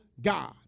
God